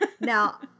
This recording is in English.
Now